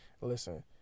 listen